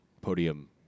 podium